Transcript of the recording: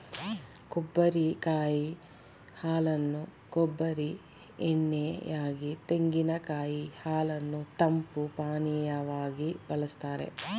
ಕೊಬ್ಬರಿ ಕಾಯಿ ಹಾಲನ್ನು ಕೊಬ್ಬರಿ ಎಣ್ಣೆ ಯಾಗಿ, ತೆಂಗಿನಕಾಯಿ ಹಾಲನ್ನು ತಂಪು ಪಾನೀಯವಾಗಿ ಬಳ್ಸತ್ತರೆ